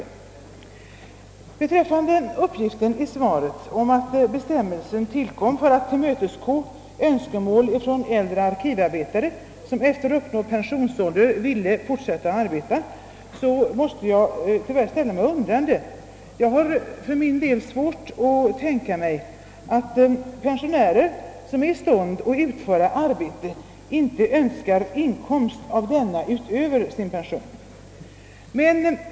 Jag ställer mig dock undrande till uppgiften i svaret att bestämmelsen tillkom för att tillmötesgå önskemål från äldre arkivarbetare, som efter uppnådd pensionsålder ville fortsätta att arbeta. Jag har för min del svårt att tänka mig att pensionärer, som är i stånd att utföra arbete, inte önskar inkomst av sådant utöver sin pension.